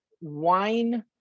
wine